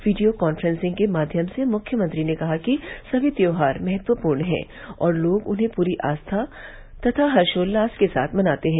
video conferencing के माध्यम से मुख्यमंत्री ने कहा कि सभी त्यौहार महत्वपूर्ण है और लोग उन्हें पूरी आस्था तथा हर्षोत्लास के साथ मनाते हैं